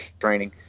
training